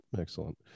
excellent